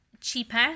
cheaper